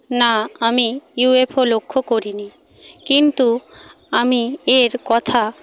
না আমি ইউএফও লক্ষ্য করিনি কিন্তু আমি এর কথা